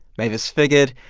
mavis figured,